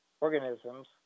organisms